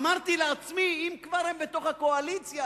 אמרתי לעצמי: אם כבר הם בתוך הקואליציה,